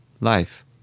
life